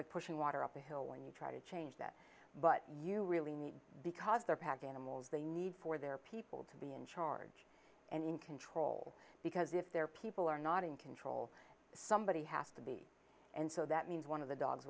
like pushing water up the hill when you try to change that but you really need because there are pack animals they need for their people to be in charge and in control because if they're people are not in control somebody has to be and so that means one of the dogs